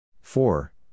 four